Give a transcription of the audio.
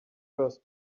first